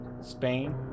spain